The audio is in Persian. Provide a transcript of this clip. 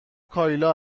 کایلا